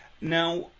Now